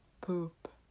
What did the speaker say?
poop